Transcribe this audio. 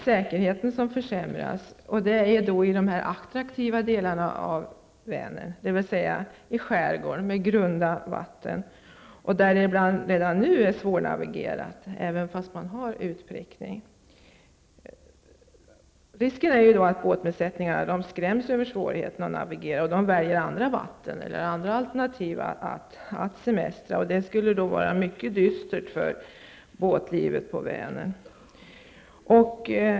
Säkerheten försämras i de attraktiva delarna av Vänern, dvs. i skärgården, med grunda vatten, där det redan nu ibland är svårnavigerat även med utprickning. Risken är att båtbesättningarna skräms av svårigheterna att navigera och väljer andra vatten eller andra semesteralternativ, vilket skulle vara mycket dystert för båtlivet på Vänern.